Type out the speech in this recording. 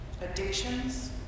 addictions